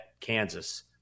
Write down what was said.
Kansas